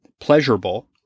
pleasurable